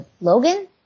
Logan